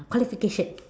qualification